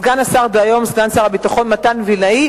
סגן שר הביטחון דהיום מתן וילנאי,